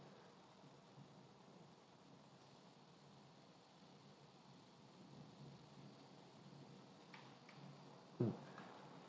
mm